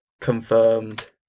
confirmed